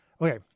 Okay